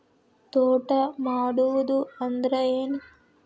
ತೋಟ ಮಾಡುದು ಅಂದ್ರ ಏನ್?